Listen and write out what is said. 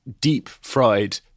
deep-fried